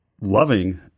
loving